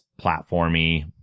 platformy